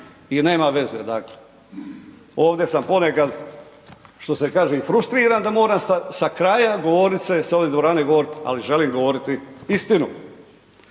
i nema veze dakle, ovde sam ponekad što se kaže i frustriran da moram sa, sa kraja govornice s ove dvorane govorit, ali želim govorit istinu.